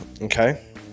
Okay